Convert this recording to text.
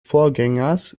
vorgängers